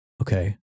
Okay